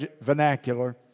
vernacular